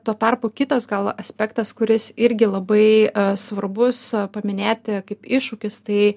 tuo tarpu kitas gal aspektas kuris irgi labai svarbus paminėti kaip iššūkis tai